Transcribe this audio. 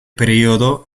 periodo